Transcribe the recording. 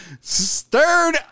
stirred